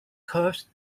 curves